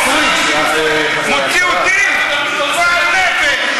אז קצת הקלנו, שינינו ועשינו, אבל זה לא מספיק,